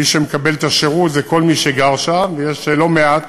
מי שמקבל את השירות זה כל מי שגר שם, ויש לא מעט